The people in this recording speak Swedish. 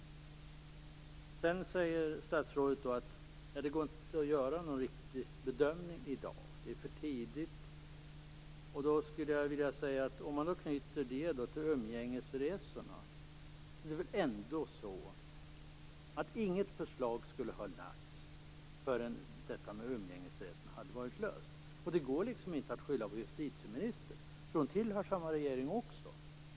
Sedan säger statsrådet att det inte går att göra någon riktig bedömning i dag, att det är för tidigt. Om man då knyter det till umgängesresorna borde väl inget förslag ha lagts fram förrän frågan om umgängesrätten varit löst. Det går inte att skylla på justitieministern, därför att hon tillhör samma regering.